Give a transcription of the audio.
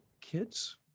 kids